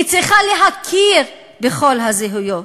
היא צריכה להכיר בכל הזהויות.